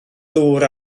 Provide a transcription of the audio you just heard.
ddŵr